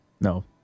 no